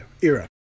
era